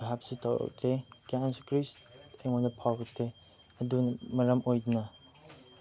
ꯕꯥꯞꯁꯨ ꯇꯥꯍꯧꯗ꯭ꯔꯦ ꯒ꯭ꯌꯥꯟꯁꯨ ꯀꯔꯤꯁꯨ ꯑꯩꯉꯣꯟꯗ ꯐꯥꯎꯗꯦ ꯑꯗꯨꯅ ꯃꯔꯝ ꯑꯣꯏꯗꯨꯅ